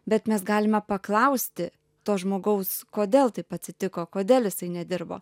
bet mes galime paklausti to žmogaus kodėl taip atsitiko kodėl jisai nedirbo